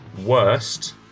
worst